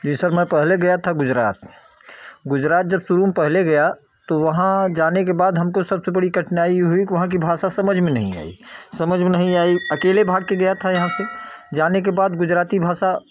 जी sir मैं पहले गया था गुजरात गुजरात जब शुरू में पहले गया तो वहाँ जाने के बाद हमको सबसे बड़ी कठिनाई हुई कि वहाँ की भाषा समझ में नहीं आई समझ में नहीं आई अकेले भाग कर गया था यहाँ से जाने के बाद गुजराती भाषा